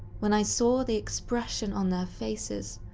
when i saw the expression on their faces,